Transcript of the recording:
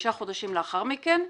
חמישה חודשים לאחר מכן,